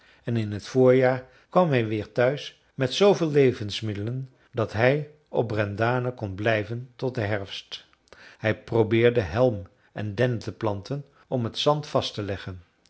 en in t voorjaar kwam hij weer thuis met zooveel levensmiddelen dat hij op brendane kon blijven tot den herfst hij probeerde helm en dennen te planten om het zand vast te leggen